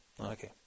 Okay